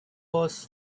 was